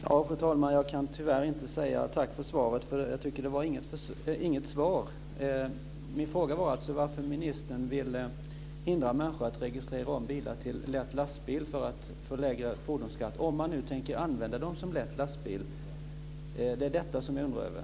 Fru talman! Jag kan tyvärr inte säga tack för svaret. Jag tycker att det inte var något svar. Min fråga var varför ministern vill hindra människor att registrera om bilar till lätt lastbil för att få lägre fordonsskatt, om man nu tänker använda dem som lätt lastbil. Det är detta jag undrar över.